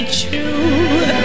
true